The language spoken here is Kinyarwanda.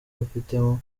abifitemo